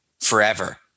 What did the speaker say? forever